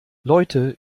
leute